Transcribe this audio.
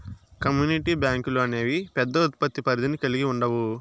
community బ్యాంకులు అనేవి పెద్ద ఉత్పత్తి పరిధిని కల్గి ఉండవు